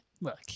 look